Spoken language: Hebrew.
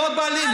יותר.